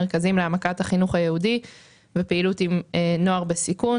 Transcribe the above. מרכזים להעמקת החינוך היהודי ופעילות עם נוער בסיכון